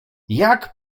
jak